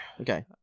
okay